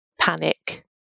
panic